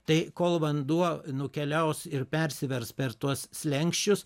tai kol vanduo nukeliaus ir persivers per tuos slenksčius